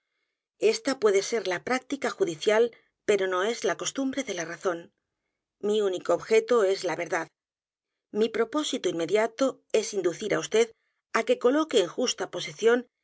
esta puede ser la práctica judicial pero no es la costumbre de la razón mi único objeto es la verdad mi propósito inmediato es inducir á vd á que coloque en justa posición